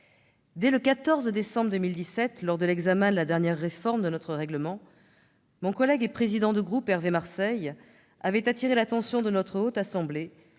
Dès le 14 décembre 2017, lors de l'examen de la dernière réforme de notre règlement, mon collègue et président de groupe Hervé Marseille avait attiré l'attention de la Haute Assemblée